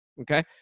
Okay